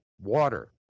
water